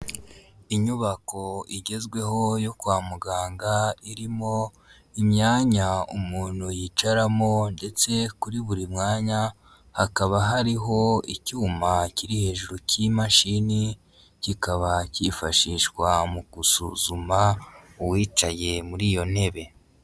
Inyubako igezweho yo kwa muganga irimo imyanya umuntu yicaramo ndetse kuri buri mwanya hakaba hariho icyuma kiri hejuru k'imashini kikaba cyifashishwa mu gusuzuma uwicaye muri iyo ntebe.